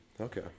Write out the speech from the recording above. Okay